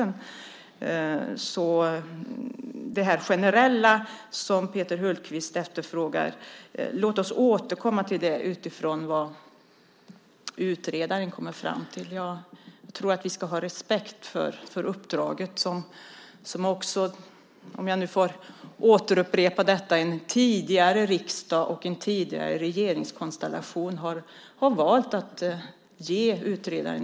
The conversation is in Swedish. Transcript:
Låt oss återkomma till det generella som Peter Hultqvist efterfrågar utifrån vad utredaren kommer fram till. Jag tror att vi ska ha respekt för det uppdrag som, om jag nu får upprepa detta, en tidigare riksdag och en tidigare regeringskonstellation har valt att ge utredaren.